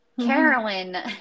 Carolyn